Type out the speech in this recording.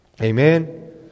Amen